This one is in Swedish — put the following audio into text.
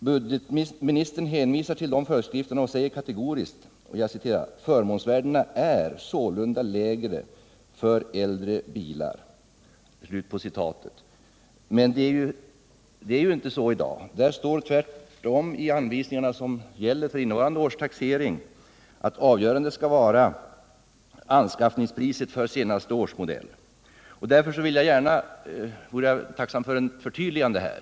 Budgetministern hänvisar till dem och säger kategoriskt: ”Förmånsvärdena är sålunda lägre för äldre bilar.” Men det är ju inte så i dag. Det står tvärtom i de anvisningar som gäller för innevarande års taxering att avgörande för förmånsvärdet skall vara anskaffningspriset för senaste årsmodell. Därför vore jag tacksam för eu förtydligande här.